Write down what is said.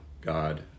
God